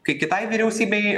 kai kitai vyriausybei